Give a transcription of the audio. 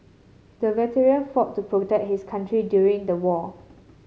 the veteran fought to protect his country during the war